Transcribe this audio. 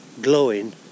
glowing